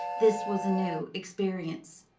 this was a new experience.